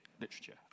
literature